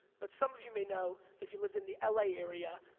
but some of you may know, if you lived in the l a. area,